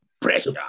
pressure